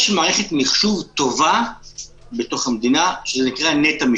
יש מערכת מחשוב טובה בתוך המדינה שנקראת נט"ע,